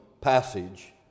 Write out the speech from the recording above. passage